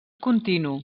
continu